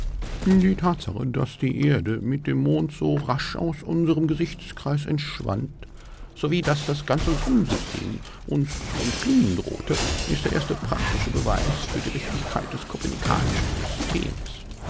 die tatsache daß die erde mit dem mond so rasch aus unserem gesichtskreis entschwand sowie daß das ganze sonnensystem uns zu entfliehen drohte ist der erste praktische beweis für die richtigkeit des kopernikanischen systems